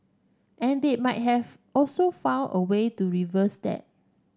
and they might have also found a way to reverse that